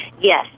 Yes